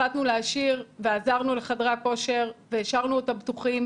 החלטנו להשאיר ועזרנו לחדרי הכושר והשארנו אותם פתוחים,